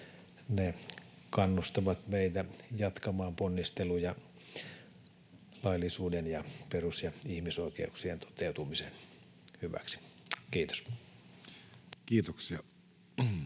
Ne kannustavat meitä jatkamaan ponnisteluja laillisuuden ja perus- ja ihmisoikeuksien toteutumisen hyväksi. — Kiitos.